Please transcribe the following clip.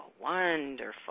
wonderful